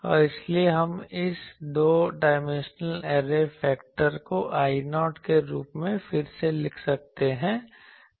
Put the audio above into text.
और इसलिए हम इस दो डायमेंशनल ऐरे फैक्टर को I0 के रूप में फिर से लिख सकते हैं